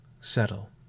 settle